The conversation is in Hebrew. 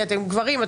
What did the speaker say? כי אתם גברים,